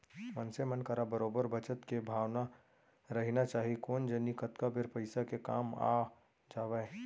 मनसे मन करा बरोबर बचत के भावना रहिना चाही कोन जनी कतका बेर पइसा के काम आ जावय